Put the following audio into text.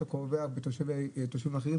אתה פוגע בתושבים אחרים,